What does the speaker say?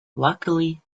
luckily